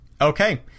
Okay